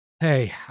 Hey